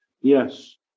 Yes